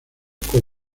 con